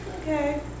okay